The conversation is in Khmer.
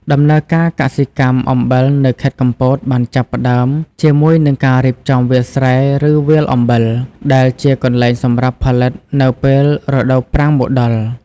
ដំណើរការកសិកម្មអំបិលនៅខេត្តកំពតបានចាប់ផ្តើមជាមួយនឹងការរៀបចំវាលស្រែឬវាលអំបិល ដែលជាកន្លែងសម្រាប់ផលិតនៅពេលរដូវប្រាំងមកដល់។